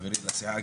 חברי לסיעה,